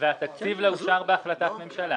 התקציב לה אושר בהחלטת ממשלה.